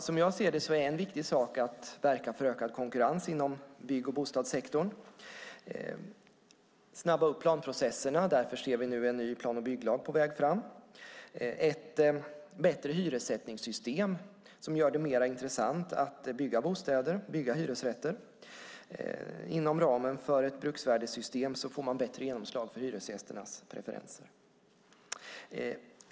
Som jag ser det är en viktig sak att verka för ökad konkurrens inom bygg och bostadssektorn och snabba på plantprocesserna. Därför ser vi nu en ny plan och bygglag på väg fram. Det behövs ett bättre hyressättningssystem som gör det mer intressant att bygga hyresrätter. Inom ramen för ett bruksvärdessystem får man bättre genomslag för hyresgästernas preferenser.